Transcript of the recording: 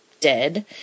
dead